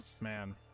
man